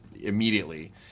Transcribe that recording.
immediately